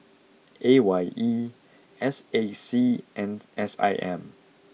A Y E S A C and S I M